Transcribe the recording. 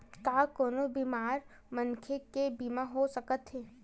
का कोनो बीमार मनखे के बीमा हो सकत हे?